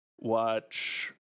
watch